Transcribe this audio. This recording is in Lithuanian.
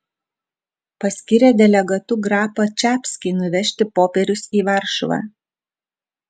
paskyrė delegatu grapą čapskį nuvežti popierius į varšuvą